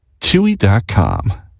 Chewy.com